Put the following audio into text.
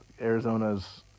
Arizona's